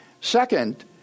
Second